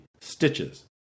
Stitches